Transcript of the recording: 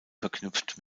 verknüpft